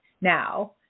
now